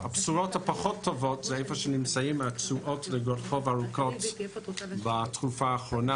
הבשורות הפחות טובות זה המקום שבו נמצאות התשואות --- בתקופה האחרונה.